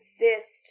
exist